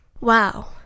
Wow